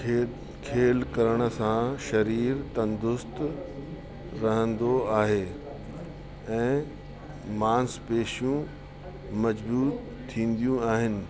खेल खेल करण सां शरीर तंदुरुस्तु रहंदो आहे ऐं मांसपेशियूं मजबूत थींदियू आहिनि